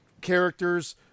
characters